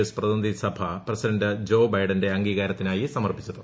S പ്രത്യീയിധി സഭ president Joe ബൈഡന്റെ അംഗീകാരത്തിനായി സ്മർപ്പിച്ചത്